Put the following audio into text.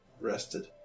rested